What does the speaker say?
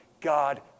God